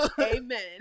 Amen